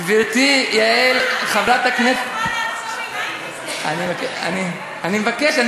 גברתי יעל, חברת הכנסת, אני מבקש.